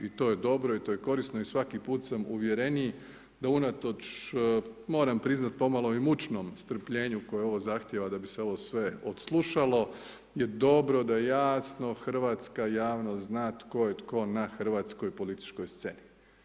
I to je dobro i to je korisno i svaki put sam uvjereniji da unatoč moram priznati pomalo i mučnom strpljenju, koje ovo zahtjeva da bi se ovo sve odslušalo, je dobro da jasno hrvatska javnost zna tko je tko na hrvatskoj političkoj sceni.